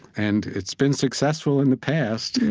and it's been successful in the past,